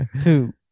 Two